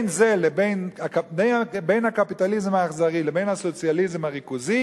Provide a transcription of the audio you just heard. בין הקפיטליזם האכזרי לבין הסוציאליזם הריכוזי